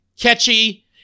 catchy